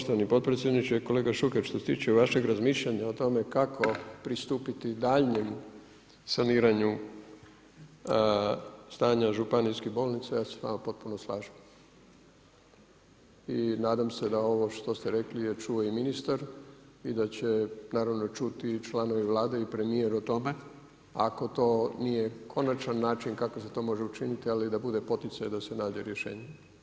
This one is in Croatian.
Što se tiče poštovani predsjedniče, kolega Šuker što se tiče vašeg razmišljanja o tome kako pristupiti daljnjem saniranju stanja županijskih bolnica ja se sa vama potpuno slažem i nadam se da ovo što ste rekli je čuo i ministar i da će naravno čuti i članovi Vlade i premijer o tome ako to nije konačan način kako se to može učiniti ali da bude poticaj da se nađe rješenje.